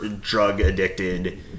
Drug-addicted